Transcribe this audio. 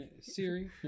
Siri